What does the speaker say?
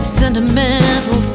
sentimental